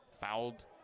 Fouled